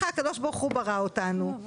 לא רואים.